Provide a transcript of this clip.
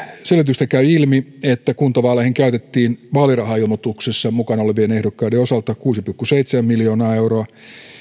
selvityksistä käy ilmi että kuntavaaleihin käytettiin vaalirahailmoituksessa mukana olevien ehdokkaiden osalta kuusi pilkku seitsemän miljoonaa euroa